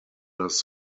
does